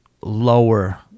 lower